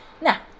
Now